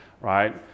right